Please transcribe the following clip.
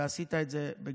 ועשית את זה בגדול.